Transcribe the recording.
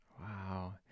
Wow